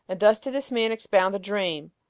and thus did this man expound the dream.